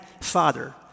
Father